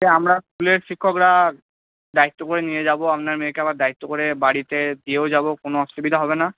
সে আমরা স্কুলের শিক্ষকরা দায়িত্ব করে নিয়ে যাব আপনার মেয়েকে আবার দায়িত্ব করে বাড়িতে দিয়েও যাব কোনো অসুবিধা হবে না